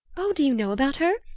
oh, do you know about her?